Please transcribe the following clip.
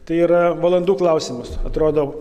tai yra valandų klausimas atrodo